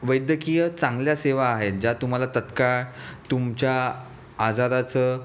वैद्यकीय चांगल्या सेवा आहेत ज्या तुम्हाला तत्काळ तुमच्या आजाराचं